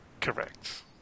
Correct